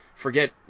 Forget